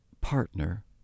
partner